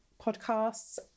podcasts